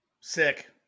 Sick